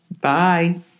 Bye